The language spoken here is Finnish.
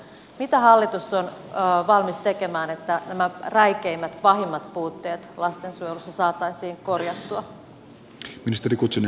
mitä hallitus on valmis tekemään että nämä räikeimmät pahimmat puutteet lastensuojelussa saataisiin korjattua